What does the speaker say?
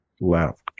left